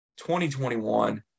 2021